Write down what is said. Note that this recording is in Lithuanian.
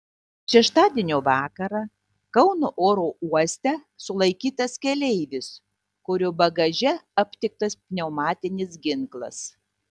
šeštadienio vakarą kauno oro uoste sulaikytas keleivis kurio bagaže aptiktas pneumatinis ginklas